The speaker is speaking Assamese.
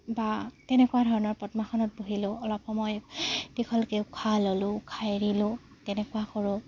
বা তেনেকুৱা ধৰণৰ পদ্মাসনত বুহিলোঁ অলপ সময় দীঘলকৈ উশাহ ল'লোঁ উশাহ এৰিলোঁ তেনেকুৱা কৰোঁ